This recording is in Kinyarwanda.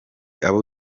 abo